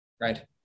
Right